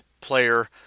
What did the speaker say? player